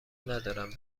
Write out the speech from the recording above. ندارم